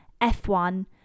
F1